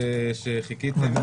ותודה שחיכיתם.